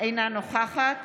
אינה נוכחת